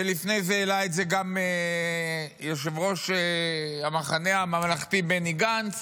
ולפני זה העלה את זה גם יושב-ראש המחנה הממלכתי בני גנץ